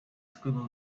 squirrel